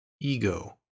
ego